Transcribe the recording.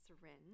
syringe